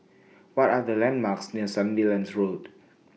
What Are The landmarks near Sandilands Road